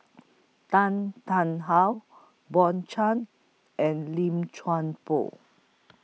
Tan Tarn How Bjorn and Lim Chuan Poh